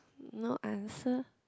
no answer